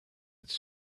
its